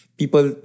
people